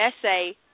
essay